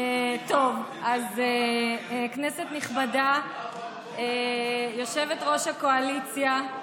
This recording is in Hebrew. כנסת נכבדה, יושבת-ראש הקואליציה,